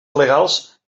legals